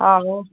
ଆଉ